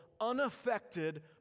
unaffected